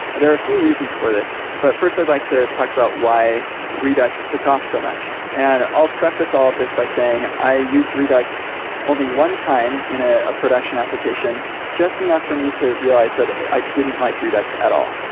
there are a few reasons for this, but fi rst i'd like to talk about why redux took off so much. and i'll preface all of this by saying i used redux only one-time in ah a production application just enough for me to realize that i didn't like redux at all.